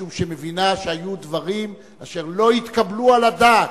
משום שהיא מבינה שהיו דברים אשר לא יתקבלו על הדעת.